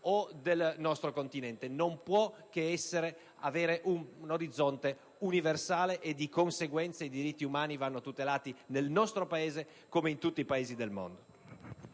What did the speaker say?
o del nostro continente. Essa non può che avere un orizzonte universale e di conseguenza i diritti umani vanno tutelati nel nostro Paese come in tutti i Paesi del mondo.